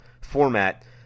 format